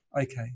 okay